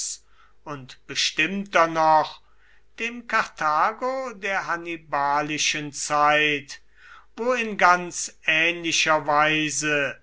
und bestimmter noch dem karthago der hannibalischen zeit wo in ganz ähnlicher weise